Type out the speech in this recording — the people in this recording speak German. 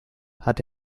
hat